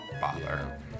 bother